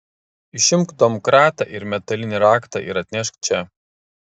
išimk domkratą ir metalinį raktą ir atnešk čia